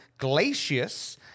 Glacius